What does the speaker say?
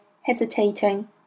hesitating